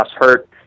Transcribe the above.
hurt